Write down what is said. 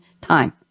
time